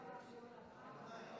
עשר דקות לרשותך.